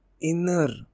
inner